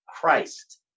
Christ